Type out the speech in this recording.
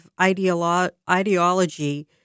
ideology